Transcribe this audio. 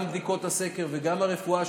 גם בדיקות הסקר וגם הרפואה השוטפת,